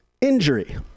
Injury